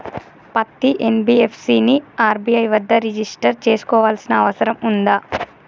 పత్తి ఎన్.బి.ఎఫ్.సి ని ఆర్.బి.ఐ వద్ద రిజిష్టర్ చేసుకోవాల్సిన అవసరం ఉందా?